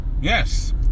Yes